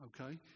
Okay